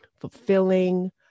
fulfilling